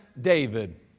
David